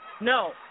no